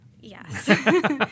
Yes